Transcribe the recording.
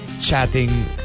Chatting